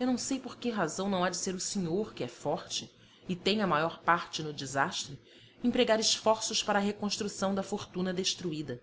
eu não sei por que razão não há de o senhor que é forte e tem a maior parte no desastre empregar esforços para a reconstrução da fortuna destruída